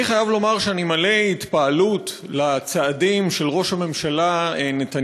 אני חייב לומר שאני מלא התפעלות מהצעדים של ראש הממשלה נתניהו,